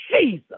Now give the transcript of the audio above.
Jesus